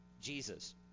Jesus